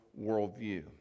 worldview